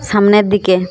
সামনের দিকে